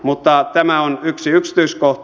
mutta tämä on yksi yksityiskohta